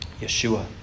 Yeshua